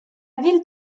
villa